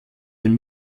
den